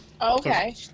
Okay